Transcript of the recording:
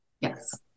Yes